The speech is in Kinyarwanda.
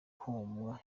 kumvwa